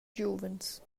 giuvens